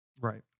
Right